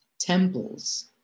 temples